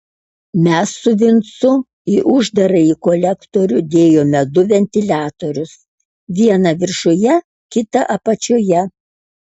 mes su vincu į uždarąjį kolektorių dėjome du ventiliatorius vieną viršuje kitą apačioje